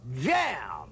Jam